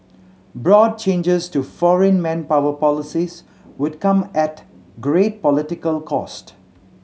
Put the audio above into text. broad changes to foreign manpower policies would come at great political cost